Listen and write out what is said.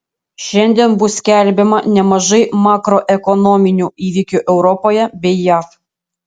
šiandien bus skelbiama nemažai makroekonominių įvykių europoje bei jav